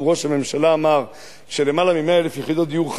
גם ראש הממשלה אמר שחסרות יותר מ-100,000 יחידות דיור.